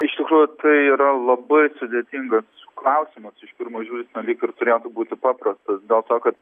iš tikrųjų tai yra labai sudėtingas klausimas iš pirmo žvilgsnio lyg ir turėtų būti paprastas dėl to kad